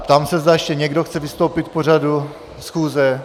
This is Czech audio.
Ptám se, zda ještě někdo chce vystoupit k pořadu schůze.